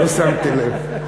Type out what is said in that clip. אני לא שמתי לב,